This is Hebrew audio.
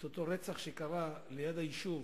את אותו רצח שקרה ליד היישוב